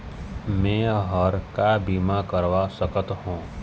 मैं हर का बीमा करवा सकत हो?